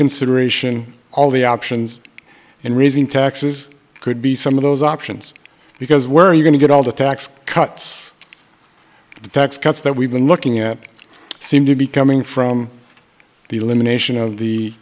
consideration all the options in raising taxes could be some of those options because we're going to get all the tax cuts the tax cuts that we've been looking at seem to be coming from the elimination of the